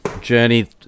journey